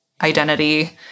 identity